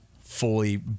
Fully